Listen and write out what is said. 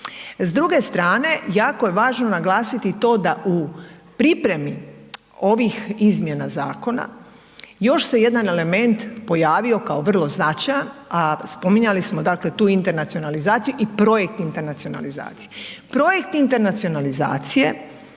S druge strane jako je važno naglasiti to da u pripremi ovih izmjena zakona još se jedan element pojavio kao vrlo značajan, a spominjali smo dakle tu internacionalizaciju i projekt internacionalizacije. Projekt internacionalizacije